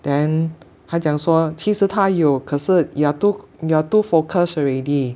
then 他讲说其实它有可是 you are too you are too focused already